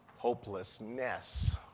hopelessness